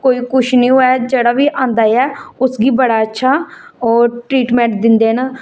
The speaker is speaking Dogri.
कोई कुछ नेई होऐ जेहड़ा बी आंदा ऐ उसगी बड़ा अच्छा ओह् ट्रीटमेंट दिंदे न